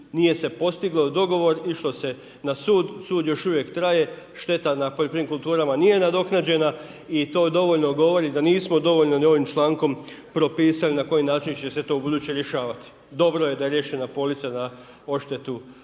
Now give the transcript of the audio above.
nije se postigao dogovor, išlo se na sud, sud još uvijek traje, šteta na poljoprivrednim kulturama nije nadoknađena i to dovoljno govori da nismo dovoljno ni ovim člankom propisali na koji način će se to ubuduće rješavati. Dobro je da je riješena polica za odštetu od